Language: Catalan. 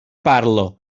parlo